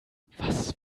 was